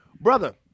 brother